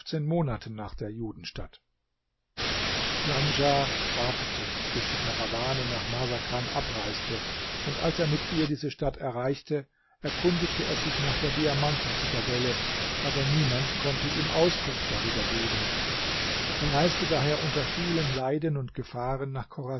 djanschah wartete bis die karawane nach marsakan abreiste und als er mit ihr diese stadt erreichte erkundigte er sich nach der diamanten zitadelle aber niemand konnte ihm auskunft darüber geben er reiste daher unter vielen leiden und gefahren nach